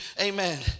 amen